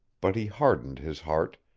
but he hardened his heart,